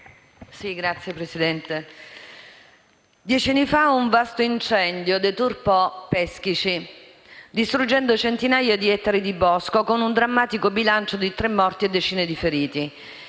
Signor Presidente, dieci anni fa un vasto incendio deturpò Peschici, distruggendo centinaia di ettari di bosco, con un drammatico bilancio di tre morti e decine di feriti.